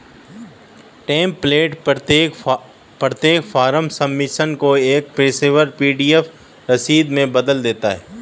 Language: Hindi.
टेम्प्लेट प्रत्येक फॉर्म सबमिशन को एक पेशेवर पी.डी.एफ रसीद में बदल देता है